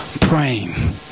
praying